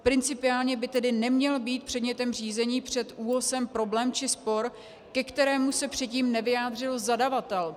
Principiálně by tedy neměl být předmětem řízení před ÚOHSem problém či spor, ke kterému se předtím nevyjádřil zadavatel.